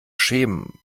schämen